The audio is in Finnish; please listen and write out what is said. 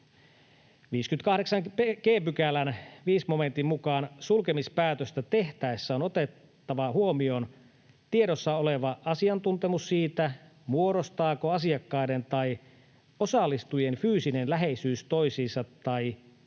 58 g §:n 5 momentin mukaan sulkemispäätöstä tehtäessä on otettava huomioon tiedossa oleva asiantuntemus siitä, muodostaako asiakkaiden tai osallistujien fyysinen läheisyys toisiinsa tai yhtä